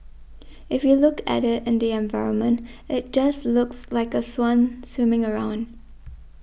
if you look at it in the environment it just looks like a swan swimming around